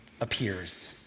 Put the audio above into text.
appears